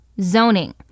zoning